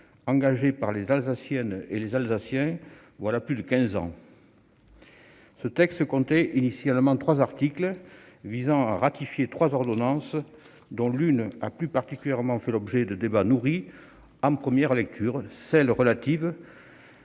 engagée par les Alsaciennes et les Alsaciens voilà plus de quinze ans. Ce texte comptait initialement trois articles visant à ratifier trois ordonnances, dont l'une a plus particulièrement fait l'objet de débats nourris en première lecture : l'ordonnance